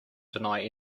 deny